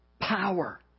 power